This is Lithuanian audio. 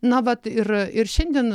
na vat ir ir šiandien